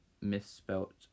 misspelt